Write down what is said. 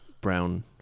brown